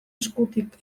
eskutik